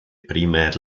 primär